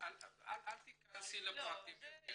אל תכנסי לפרטים.